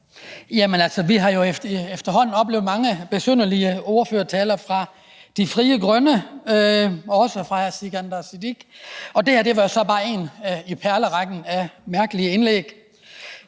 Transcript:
(DF): Tak. Vi har jo efterhånden oplevet mange besynderlige ordførertaler fra De Frie Grønne og også fra hr. Sikandar Siddique. Det her var så bare endnu et i perlerækken af mærkelige indlæg.